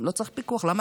לא צריך פיקוח.